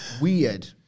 weird